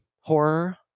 horror